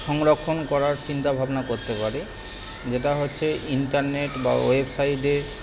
সংরক্ষণ করার চিন্তা ভাবনা করতে পারি যেটা হচ্ছে ইন্টারনেট বা ওয়েবসাইটে